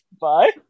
Bye